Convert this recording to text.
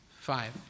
Five